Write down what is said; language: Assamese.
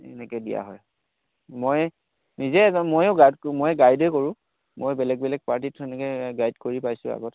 এনেকৈ দিয়া হয় মই নিজে এজন ময়ো গাইড মই গাইডেই কৰোঁ মই বেলেগ বেলেগ পাৰ্টীত তেনেকৈ গাইড কৰি পাইছোঁ আগত